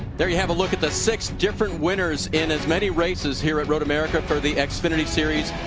threw have a look at the six different winners in as many races here at road america for the xfinity series.